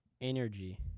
energy